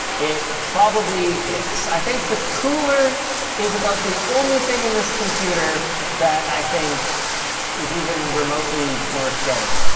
it probably is. i think the cooler is about the only thing in this computer that i think is even remotely worth getting.